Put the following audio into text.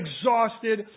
exhausted